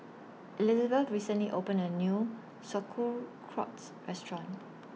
Elizabeth recently opened A New Sauerkraut's Restaurant